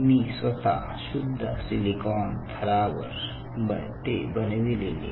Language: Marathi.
मी स्वतः शुद्ध सिलिकॉन थरावावर ते बनविलेले आहे